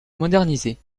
modernisé